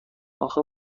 اخه